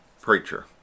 preacher